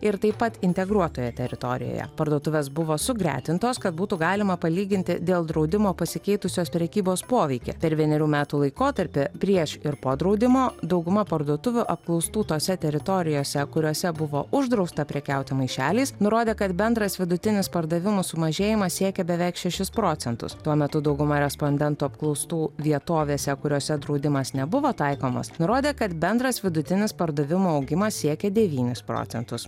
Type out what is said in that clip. ir taip pat integruotoje teritorijoje parduotuvės buvo sugretintos kad būtų galima palyginti dėl draudimo pasikeitusios prekybos poveikį per vienerių metų laikotarpį prieš ir po draudimo dauguma parduotuvių apklaustų tose teritorijose kuriose buvo uždrausta prekiauti maišeliais nurodė kad bendras vidutinis pardavimų sumažėjimas siekė beveik šešis procentus tuo metu dauguma respondentų apklaustų vietovėse kuriose draudimas nebuvo taikomas nurodė kad bendras vidutinis pardavimų augimas siekė devynis procentus